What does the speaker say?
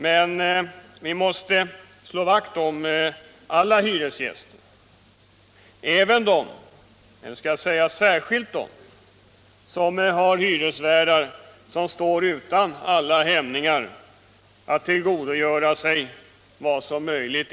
Men vi måste slå vakt om alla hyresgäster, särskilt de som har hyresvärdar som står utan alla hämningar när det gäller att tillgodogöra sig vad som är möjligt.